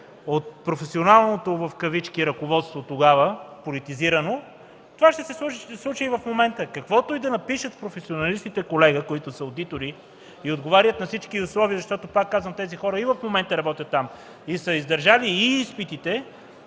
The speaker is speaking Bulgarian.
от „професионалното ръководство” тогава, политизирано. Това ще се случи и в момента. Каквото и да напишат професионалистите, колега, които са одитори и отговарят на всички условия. Защото пак казвам, че тези хора и в момента работят там и са издържали и изпитите,